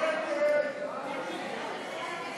הגבלת כהונת ראש הממשלה לשתי